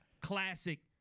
classic